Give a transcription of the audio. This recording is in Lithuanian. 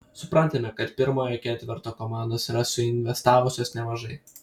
suprantame kad pirmojo ketverto komandos yra suinvestavusios nemažai